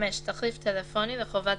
"תחליף טלפוני לחובת